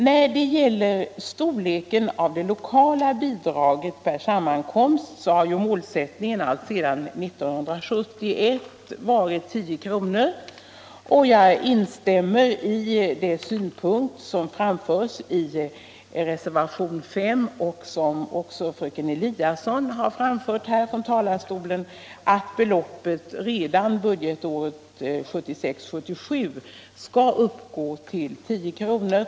När det gäller storleken av det lokala bidraget per sammankomst har målsättningen alltsedan 1971 varit 10 kr. Jag instämmer i den synpunkt som framförts i reservationen 5 och som också fröken Eliasson har framfört från denna talarstol. nämligen att beloppet redan budgetåret 1976/77 skall uppgå till 10 kr.